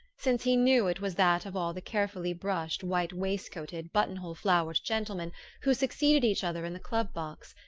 since he knew it was that of all the carefully-brushed, white-waistcoated, button-hole-flowered gentlemen who succeeded each other in the club box,